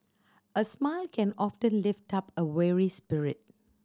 a smile can often lift up a weary spirit